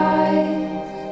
eyes